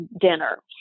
dinner